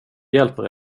hjälper